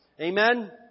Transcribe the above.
Amen